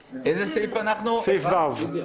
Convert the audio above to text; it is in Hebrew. (מ/1341) אנחנו עוברים לסעיף ו' בסדר